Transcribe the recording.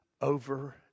over